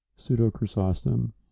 Pseudo-Chrysostom